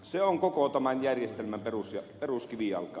se on koko tämän järjestelmän peruskivijalka